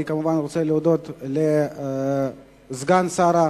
אני כמובן רוצה להודות גם לסגן שר הבריאות,